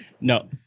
No